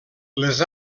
les